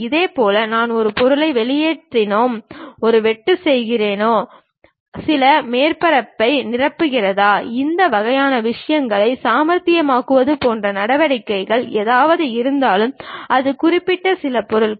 இதேபோல் நான் பொருளை வெளியேற்றுகிறேனா ஒரு வெட்டு செய்கிறேனா சில மேற்பரப்பை நிரப்புகிறதா இந்த வகையான விஷயங்களை சாமர்த்தியமாக்குவது போன்ற நடவடிக்கைகள் எதுவாக இருந்தாலும் அது குறிப்பிடும் சில பொருள்கள்